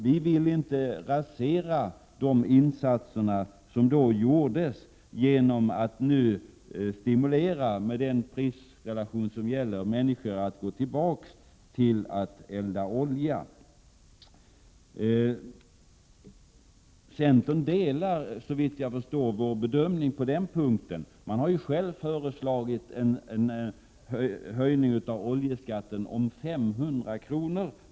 Vi vill inte rasera de insatser som då gjordes genom att, med den prisrelation som nu gäller, stimulera människor att gå tillbaka till att elda med olja. Centern delar såvitt jag förstår vår bedömning på den punkten. Ni har ju själva föreslagit en höjning av oljeskatten med 500 kr.